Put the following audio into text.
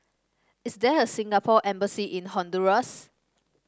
is there a Singapore Embassy in Honduras